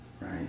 right